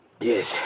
Yes